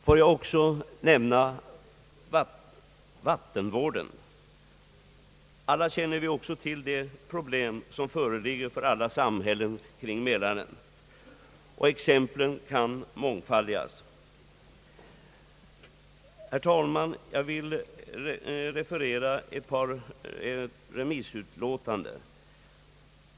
Får jag också nämna vattenvården. Vi känner väl alla till de problem som föreligger för samtliga samhällen kring Mälaren, Exemplen kan mångfaldigas. Herr talman! Jag vill referera ett par av remissutlåtandena.